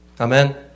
Amen